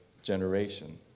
Generation